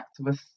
activists